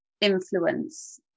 influence